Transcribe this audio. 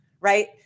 right